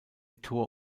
tor